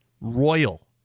Royal